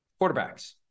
quarterbacks